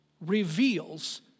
reveals